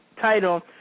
title